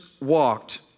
walked